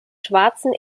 schwarzen